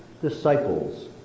disciples